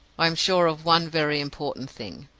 i am sure of one very important thing.